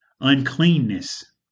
uncleanness